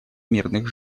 мирных